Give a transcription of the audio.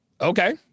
okay